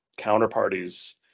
counterparties